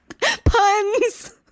puns